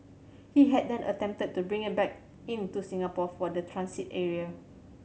he had then attempted to bring it back in to Singapore for the transit area